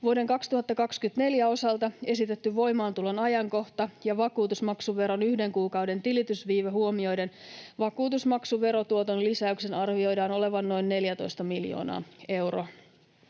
Vuoden 2024 osalta esitetty voimaantulon ajankohta ja vakuutusmaksuveron yhden kuukauden tilitysviive huomioiden vakuutusmaksuverotuoton lisäyksen arvioidaan olevan noin 14 miljoonaa euroa.